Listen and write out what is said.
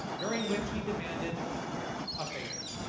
during which he demanded a favor.